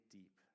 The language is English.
deep